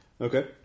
Okay